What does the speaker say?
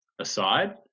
aside